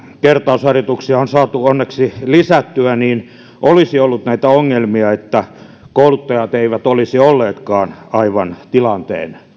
kertausharjoituksia on saatu onneksi lisättyä että olisi ollut näitä ongelmia että kouluttajat eivät olisi olleetkaan aivan tilanteen